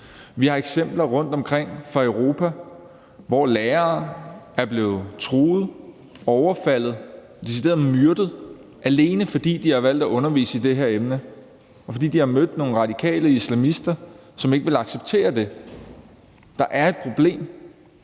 Vi har eksempler rundtomkring fra Europa, hvor lærere er blevet truet, overfaldet, decideret myrdet, alene fordi de har valgt at undervise i det her emne, og fordi de har mødt nogle radikale islamister, som ikke ville acceptere det. Der er et problem,